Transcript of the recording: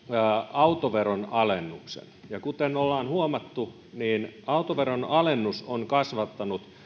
autoveron alennuksen ja kuten ollaan huomattu niin autoveron alennus on kasvattanut